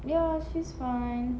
ya she's fine